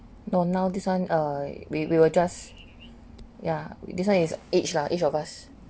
no now this [one] uh we we will just yeah this one is each lah each of us